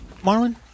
Marlon